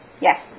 Yes